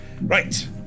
Right